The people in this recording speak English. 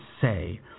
say